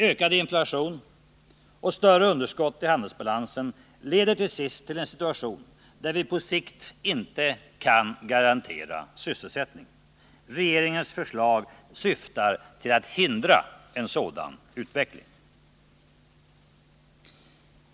Ökad inflation och större underskott i handelsbalansen leder till sist till en situation där vi på sikt inte kan garantera sysselsättningen. Regeringens förslag syftar till att hindra en sådan utveckling.